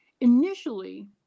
initially